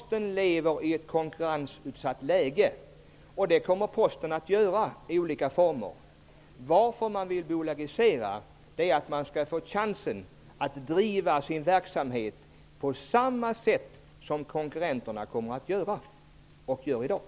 Posten lever i ett konkurrensutsatt läge, och det kommer Posten att fortsätta att göra i olika former. Man vill bolagisera för att man skall få chansen att driva sin verksamhet på samma sätt som konkurrenterna gör i dag och kommer att göra.